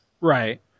Right